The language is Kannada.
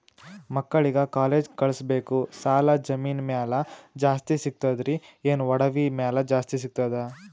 ಮಕ್ಕಳಿಗ ಕಾಲೇಜ್ ಕಳಸಬೇಕು, ಸಾಲ ಜಮೀನ ಮ್ಯಾಲ ಜಾಸ್ತಿ ಸಿಗ್ತದ್ರಿ, ಏನ ಒಡವಿ ಮ್ಯಾಲ ಜಾಸ್ತಿ ಸಿಗತದ?